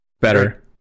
Better